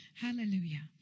Hallelujah